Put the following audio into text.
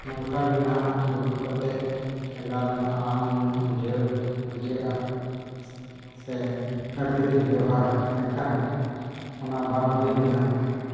ᱱᱚᱝᱠᱟ ᱜᱮ ᱱᱟᱦᱟᱜ ᱫᱩᱲᱩᱵ ᱠᱟᱛᱮᱫ ᱴᱮᱰᱟᱨ ᱧᱚᱜ ᱟᱨᱟᱢ ᱧᱚᱜ ᱵᱩᱡᱷᱟᱹᱣ ᱵᱩᱡᱷᱟᱹᱜᱼᱟ ᱥᱮ ᱟᱹᱰᱤ ᱫᱤᱱ ᱤᱧ ᱵᱮᱵᱚᱦᱟᱨᱟ ᱢᱮᱱᱠᱷᱟᱱ ᱚᱱᱟ ᱵᱟᱝ ᱦᱩᱭ ᱞᱮᱱᱟ